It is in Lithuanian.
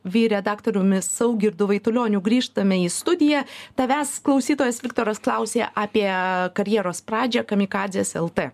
vyr redaktoriumi saugirdu vaitulioniu grįžtame į studiją tavęs klausytojas viktoras klausė apie karjeros pradžią kamikadzės lt